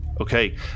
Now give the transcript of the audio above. Okay